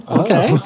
okay